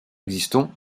existant